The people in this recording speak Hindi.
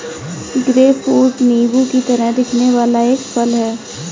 ग्रेपफ्रूट नींबू की तरह दिखने वाला एक फल है